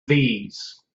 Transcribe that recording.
these